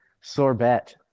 sorbet